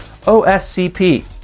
OSCP